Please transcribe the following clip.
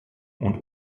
und